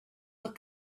were